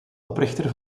oprichter